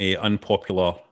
unpopular